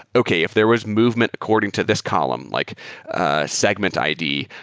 okay, if there was movement according to this column, like segment id,